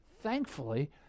thankfully